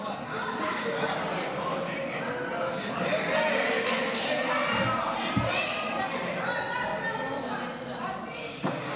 לתיקון פקודת מס הכנסה (הגדלת זיכוי מס על תרומה לבתי חולים בפריפריה),